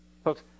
Folks